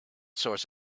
source